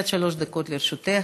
עד שלוש דקות לרשותך.